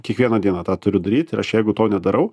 kiekvieną dieną tą turiu daryti aš jeigu to nedarau